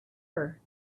her